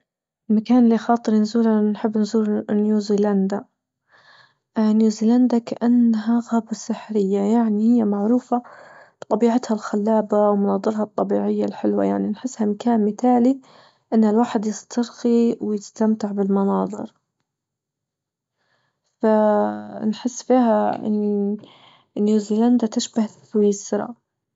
المكان اللي خاطري نزوره نحب نزور نيوزيلندا، نيوزيلندا كأنها غابة سحرية يعني هى معروفة بطبيعتها الخلابة ومناظرها الطبيعية الحلوة يعني نحسها مكان مثالي أن الواحد يسترخي ويستمتع بالمناظر، فنحس فيها أن نيوزيلندا تشبه سويسرا.